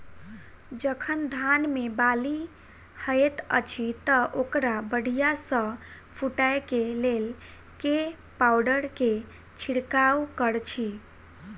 जखन धान मे बाली हएत अछि तऽ ओकरा बढ़िया सँ फूटै केँ लेल केँ पावडर केँ छिरकाव करऽ छी?